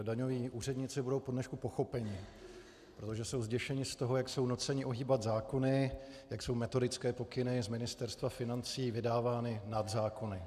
Daňoví úředníci budou po dnešku pochopeni, protože jsou zděšeni z toho, jak jsou nuceni ohýbat zákony, jak jsou metodické pokyny z Ministerstva financí vydávány nad zákony.